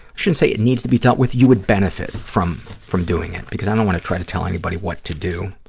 shouldn't say it needs to be dealt with. you would benefit from from doing it, because i don't want to try to tell anybody what to do.